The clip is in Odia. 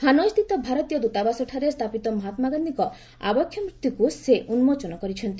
ହାନୋଇସ୍ଥିତ ଭାରତୀୟ ଦୂତାବାସଠାରେ ସ୍ଥାପିତ ମହାତ୍ଗାନ୍ଧିଙ୍କ ଆବକ୍ଷ ମର୍ତ୍ତିକୁ ସେ ଉନ୍କୋଚନ କରିଛନ୍ତି